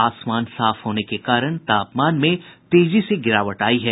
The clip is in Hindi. आसमान साफ होने के कारण तापमान में तेजी से गिरावट आई है